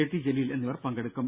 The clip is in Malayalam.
ടി ജലീൽ എന്നിവർ പങ്കെടുക്കും